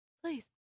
please